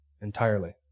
entirely